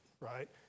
right